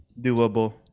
doable